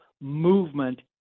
movement